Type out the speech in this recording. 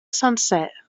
sencer